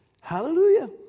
Hallelujah